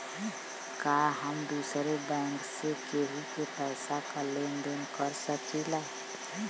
का हम दूसरे बैंक से केहू के पैसा क लेन देन कर सकिला?